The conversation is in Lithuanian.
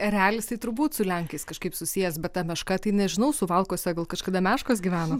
erelis tai turbūt su lenkais kažkaip susijęs bet ta meška tai nežinau suvalkuose gal kažkada meškos gyveno